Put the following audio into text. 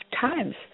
times